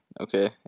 okay